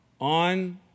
on